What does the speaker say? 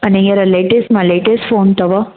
अने हीअंर लेटेस्ट मां लेटेस्ट फ़ोन अथव